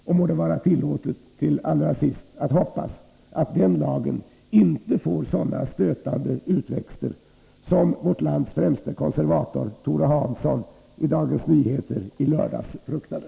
Och må det till allra sist vara tillåtet att hoppas att den lagen inte får sådana stötande utväxter som vårt lands främste konservator Tore Hansson i Dagens Nyheter i lördags fruktade.